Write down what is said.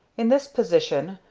in this position,